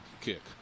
kick